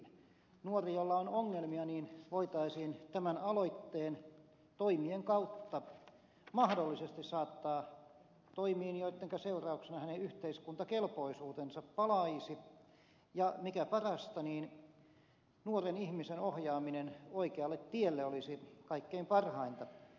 nuori jolla on ongelmia voitaisiin tämän aloitteen toimien kautta mahdollisesti saattaa toimiin joittenka seurauksena hänen yhteiskuntakelpoisuutensa palaisi ja mikä parasta nuoren ihmisen ohjaaminen oikealle tielle olisi kaikkein parhainta